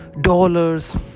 dollars